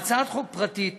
בהצעת חוק פרטית